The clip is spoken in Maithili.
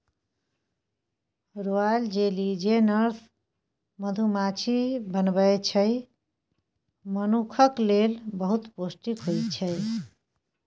रॉयल जैली जे नर्स मधुमाछी बनबै छै मनुखक लेल बहुत पौष्टिक होइ छै